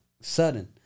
sudden